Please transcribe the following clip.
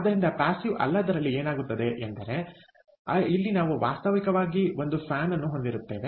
ಆದ್ದರಿಂದ ಪ್ಯಾಸಿವ್ಅಲ್ಲದರಲ್ಲಿ ಏನಾಗುತ್ತದೆ ಅಂದರೆ ಇಲ್ಲಿ ನಾವು ವಾಸ್ತವಿಕವಾಗಿ ಒಂದು ಫ್ಯಾನ್ ಹೊಂದಿರುತ್ತೇವೆ